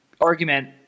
argument